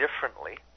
differently